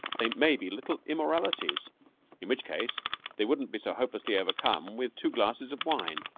they may be little immoralities in which case they wouldn't be so hopelessly overcome with two glasses of wine.